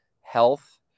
health